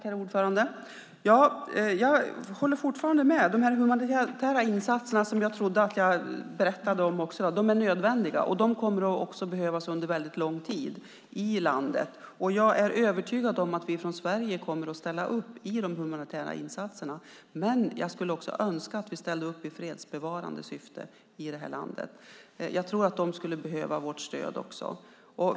Herr talman! Jag håller fortfarande med. De humanitära insatser som jag trodde att jag berättade om är nödvändiga. De kommer också att behövas under väldigt lång tid i landet. Jag är övertygad om att vi från Sveriges sida kommer att ställa upp i de humanitära insatserna, men jag skulle också önska att vi ställde upp i fredsbevarande syfte i det här landet. Jag tror att de skulle behöva vårt stöd också.